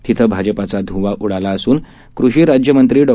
तिथंभाजपचाध्व्वाउडालाअसून कृषीराज्यमंत्रीडॉ